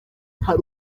hari